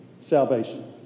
salvation